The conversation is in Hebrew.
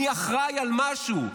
אני אחראי למשהו.